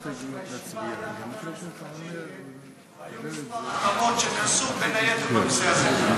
בישיבה, היו מספר, שייכנסו בין היתר בנושא הזה.